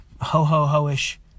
ho-ho-ho-ish